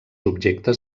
objectes